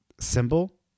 symbol